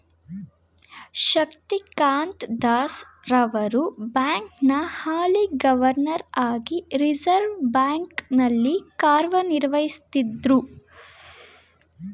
ಶಕ್ತಿಕಾಂತ್ ದಾಸ್ ರವರು ಬ್ಯಾಂಕ್ನ ಹಾಲಿ ಗವರ್ನರ್ ಹಾಗಿ ರಿವರ್ಸ್ ಬ್ಯಾಂಕ್ ನಲ್ಲಿ ಕಾರ್ಯನಿರ್ವಹಿಸುತ್ತಿದ್ದ್ರು